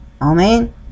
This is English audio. Amen